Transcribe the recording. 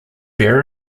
bear